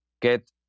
Get